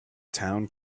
town